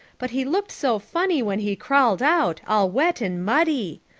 but he looked so funny when he crawled out, all wet and muddy.